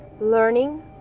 learning